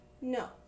No